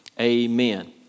Amen